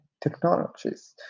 technologies